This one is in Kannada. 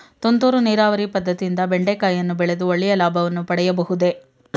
ತುಂತುರು ನೀರಾವರಿ ಪದ್ದತಿಯಿಂದ ಬೆಂಡೆಕಾಯಿಯನ್ನು ಬೆಳೆದು ಒಳ್ಳೆಯ ಲಾಭವನ್ನು ಪಡೆಯಬಹುದೇ?